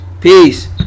Peace